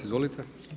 Izvolite.